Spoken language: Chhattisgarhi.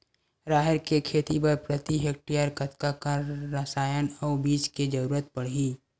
राहेर के खेती बर प्रति हेक्टेयर कतका कन रसायन अउ बीज के जरूरत पड़ही?